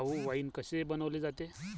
भाऊ, वाइन कसे बनवले जाते?